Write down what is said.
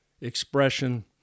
expression